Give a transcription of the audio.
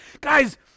guys